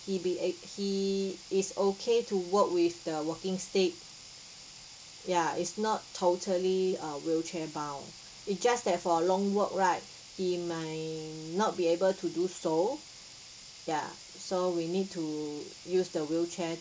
he'd be eh he is okay to walk with the walking stick ya is not totally uh wheelchair bound it just that for long walk right he might not be able to do so ya so we need to use the wheelchair